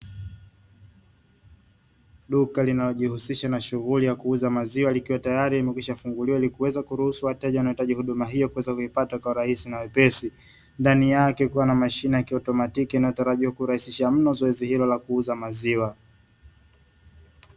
Duka linalojihusisha na shughuli ya kuuza maziwa, likiwa tayari limekwisha funguliwa kuweza kuruhusu wateja wanaohitaji huduma hiyo kuweza kuipata kiurahisi na wepesi ndani yake kikiwa na mashine ya kiautomaiki inayotarajia kurahisisha mno zoezi hilo la kuuza maziwa.